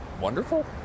Wonderful